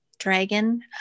dragon